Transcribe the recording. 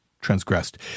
transgressed